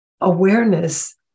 awareness